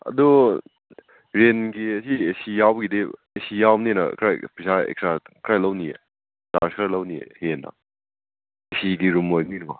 ꯑꯗꯨ ꯔꯦꯟꯒꯤ ꯑꯁꯤ ꯑꯦ ꯁꯤ ꯌꯥꯎꯕꯒꯤꯗꯤ ꯑꯦ ꯁꯤ ꯌꯥꯎꯕꯅꯤꯅ ꯈꯔ ꯄꯩꯁꯥ ꯑꯦꯛꯁꯇ꯭ꯔꯥ ꯈꯔ ꯂꯧꯅꯤꯌꯦ ꯆꯥꯔꯖ ꯈꯔ ꯂꯧꯅꯤꯌꯦ ꯍꯦꯟꯅ ꯑꯦ ꯁꯤꯒꯤ ꯔꯨꯝ ꯑꯣꯏꯕꯅꯤꯅꯀꯣ